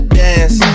dance